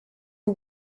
who